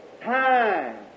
time